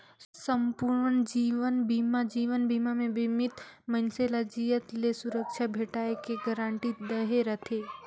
संपूर्न जीवन बीमा जीवन बीमा मे बीमित मइनसे ल जियत ले सुरक्छा भेंटाय के गारंटी दहे रथे